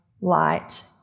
light